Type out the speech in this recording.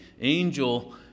Angel